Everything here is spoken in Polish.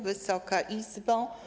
Wysoka Izbo!